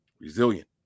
Resilient